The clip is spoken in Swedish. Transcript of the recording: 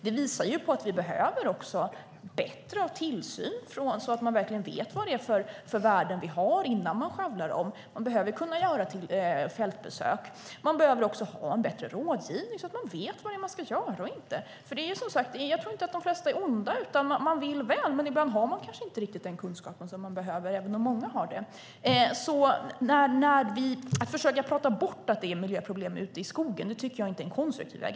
Det visar på att vi också behöver bättre tillsyn, så att man verkligen vet vad det är för värden man har innan man skövlar dem. Man behöver kunna göra fältbesök. Man behöver också ha en bättre rådgivning, så att de här personerna vet vad det är de ska göra och inte. För jag tror, som sagt, inte att de flesta är onda. De vill väl, men ibland har de kanske inte riktigt den kunskap som de behöver, även om många har det. Att försöka prata bort att det är miljöproblem ute i skogen tycker jag inte är en konstruktiv väg.